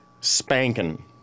spanking